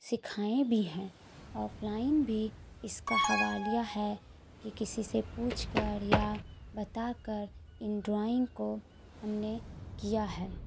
سکھائے بھی ہیں آف لائن بھی اس کا حوالہ ہے کہ کسی سے پوچھ کر یا بتا کر ان ڈرائنگ کو ہم نے کیا ہے